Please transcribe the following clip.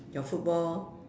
your football